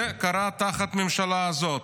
זה קרה תחת הממשלה הזאת.